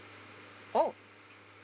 oh